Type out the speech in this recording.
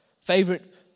favorite